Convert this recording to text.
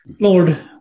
Lord